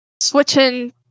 Switching